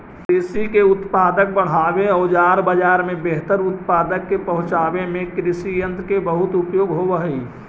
कृषि के उत्पादक बढ़ावे औउर बाजार में बेहतर उत्पाद के पहुँचावे में कृषियन्त्र के बहुत उपयोग होवऽ हई